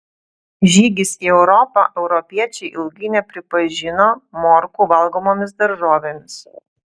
žygis į europą europiečiai ilgai nepripažino morkų valgomomis daržovėmis